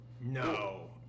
No